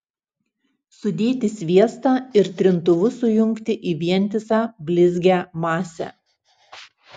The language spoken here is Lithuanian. sudėti sviestą ir trintuvu sujungti į vientisą blizgią masę